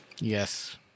Yes